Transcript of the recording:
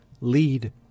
lead